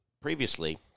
previously